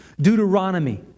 Deuteronomy